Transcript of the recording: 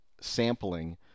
sampling